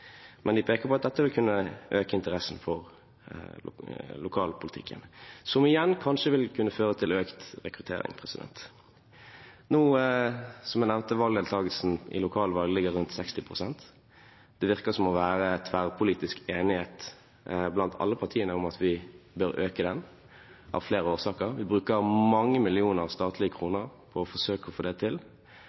men de peker på at dette vil kunne øke interessen for lokalpolitikken, som igjen kanskje vil kunne føre til økt rekruttering. Som jeg nevnte, ligger valgdeltakelsen i lokalvalg rundt 60 pst. Det virker å være tverrpolitisk enighet blant alle partiene om at vi bør øke den, av flere årsaker. Vi bruker mange millioner statlige kroner på å forsøke å få det til.